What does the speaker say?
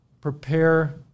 Prepare